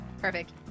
Perfect